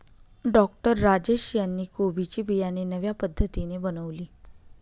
doctor Rajesh यांनी कोबी ची बियाणे नव्या पद्धतीने बनवली